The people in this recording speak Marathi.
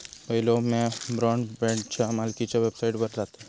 पयलो म्या ब्रॉडबँडच्या मालकीच्या वेबसाइटवर जातयं